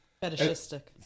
Fetishistic